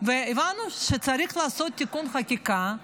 והבנו שצריך לעשות תיקון חקיקה,